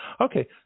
Okay